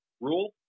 rule